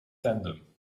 tandem